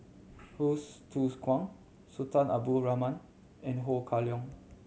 Hsu Tse Kwang Sultan Abdul Rahman and Ho Kah Leong